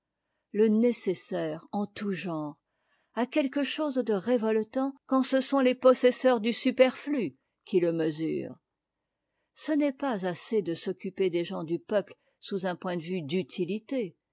le nécessaire en tout genre a quelque chose de révoltant quand ce sont les possesseurs du superflu qui le mesurent ce n'est pas assez de s'occuper des gens du peuple sous un point de vue d'utilité